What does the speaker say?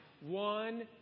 one